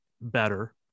better